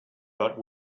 but